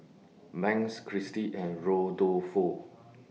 Banks Christie and Rodolfo